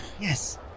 Yes